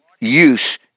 use